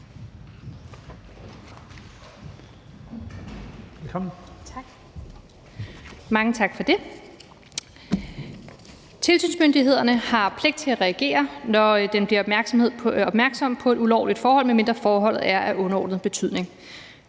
Tilsynsmyndighederne har pligt til at reagere, når de bliver opmærksom på et ulovligt forhold, medmindre forholdet er af underordnet betydning.